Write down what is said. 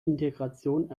integration